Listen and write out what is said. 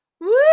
Woo